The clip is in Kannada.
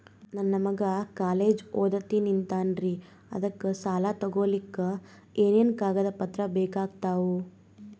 ನನ್ನ ಮಗ ಕಾಲೇಜ್ ಓದತಿನಿಂತಾನ್ರಿ ಅದಕ ಸಾಲಾ ತೊಗೊಲಿಕ ಎನೆನ ಕಾಗದ ಪತ್ರ ಬೇಕಾಗ್ತಾವು?